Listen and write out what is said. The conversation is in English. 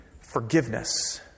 Forgiveness